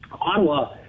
Ottawa